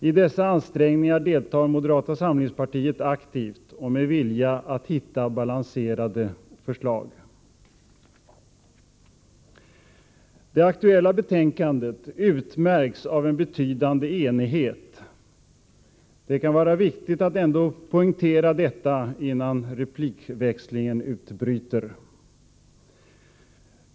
I dessa ansträngningar deltar moderata samlingspartiet aktivt och med vilja att hitta balanserade förslag. Det aktuella betänkandet utmärks av en betydande enighet. Det kan vara viktigt att ändå poängtera detta innan replikväxlingen utbryter.